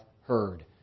heard